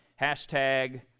hashtag